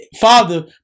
father